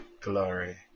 glory